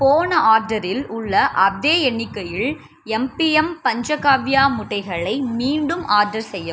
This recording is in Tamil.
போன ஆர்டரில் உள்ள அதே எண்ணிக்கையில் எம்பிஎம் பஞ்சகாவ்யா முட்டைகளை மீண்டும் ஆர்டர் செய்யவும்